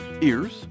ears